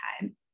time